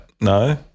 no